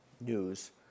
news